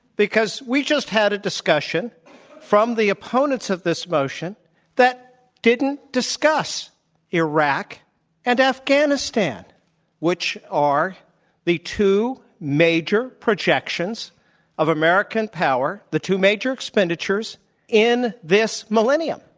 because we just had a discussion from the opponents of this motion that didn't discuss iraq and afghanistan which are the two major projections of american power, the two major expenditures in this millennium.